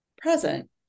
present